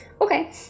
Okay